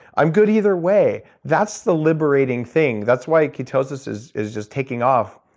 i'm good either way. that's the liberating thing. that's why ketosis is is just taking off.